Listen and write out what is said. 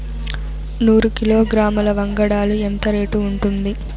నూరు కిలోగ్రాముల వంగడాలు ఎంత రేటు ఉంటుంది?